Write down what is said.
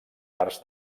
arts